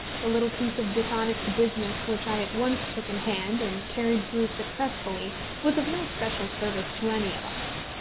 the little piece of dishonest business which i at once took in hand and carried through successfully was of no special service to any of us.